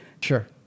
Sure